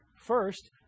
First